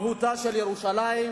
מהותה של ירושלים,